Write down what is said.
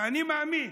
ואני מאמין,